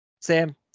Sam